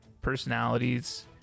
Personalities